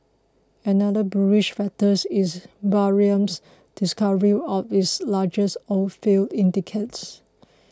another bearish factor is Bahrain's discovery of its largest oilfield in decades